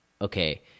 okay